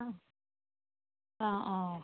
ആ ആ ആ